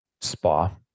spa